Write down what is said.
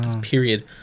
period